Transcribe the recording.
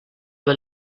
del